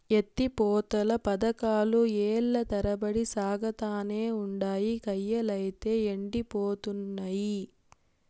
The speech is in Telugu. ఎత్తి పోతల పదకాలు ఏల్ల తరబడి సాగతానే ఉండాయి, కయ్యలైతే యెండిపోతున్నయి